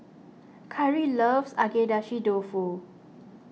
Kyrie loves Agedashi Dofu